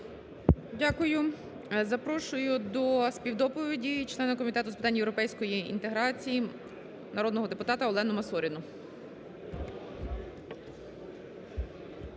Дякую. Запрошую до співдоповіді члена Комітету з питань європейської інтеграції народного депутата Олену Масоріну.